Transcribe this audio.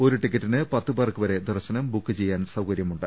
ഒരു ടിക്കറ്റിന് പത്തുപ്പേർക്ക് വരെ ദർശനം ബുക്ക് ചെയ്യാൻ സൌകര്യമുണ്ട്